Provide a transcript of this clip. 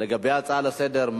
לגבי ההצעה לסדר.